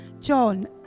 John